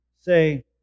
say